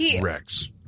Rex